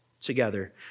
together